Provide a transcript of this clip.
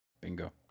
bingo